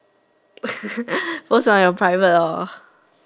post on your private lor